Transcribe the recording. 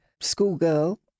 schoolgirl